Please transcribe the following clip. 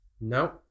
No